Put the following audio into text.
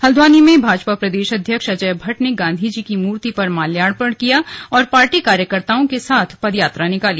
हल्द्वानी में भाजपा प्रदेश अध्यक्ष अजय भट्ट ने गांधीजी की मूर्ति पर माल्यार्पण किया और पार्टी कार्यकर्ताओं के साथ पदयात्रा निकाली